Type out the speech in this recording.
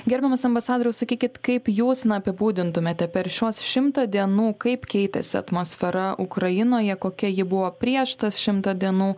gerbiamas ambasadoriau sakykit kaip jūs apibūdintumėte per šiuos šimtą dienų kaip keitėsi atmosfera ukrainoje kokia ji buvo prieš tas šimtą dienų